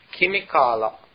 Kimikala